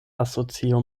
asocio